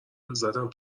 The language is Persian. عزتم